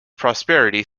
prosperity